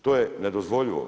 To je nedozvoljivo.